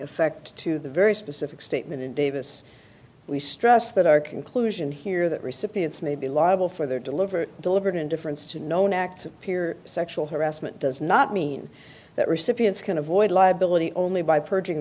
effect to the very specific statement in davis we stress that our conclusion here that recipients may be liable for their deliver deliberate indifference to known acts of peer sexual harassment does not mean that recipients can avoid liability only by purging